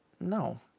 No